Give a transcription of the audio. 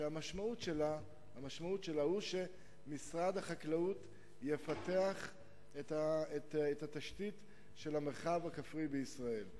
שהמשמעות שלה היא שמשרד החקלאות יפתח את התשתית של המרחב הכפרי בישראל.